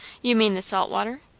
you mean the salt water?